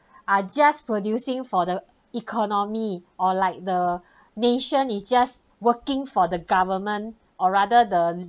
are just producing for the economy or like the nation is just working for the government or rather the